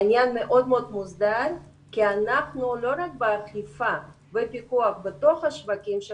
העניין מאוד מוסדר כי אנחנו לא רק באכיפה: בפיקוח בתוך השווקים,